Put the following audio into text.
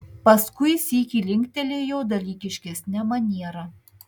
paskui sykį linktelėjo dalykiškesne maniera